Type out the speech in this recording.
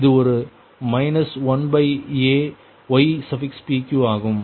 இது ஒரு minus 1aypq ஆகும்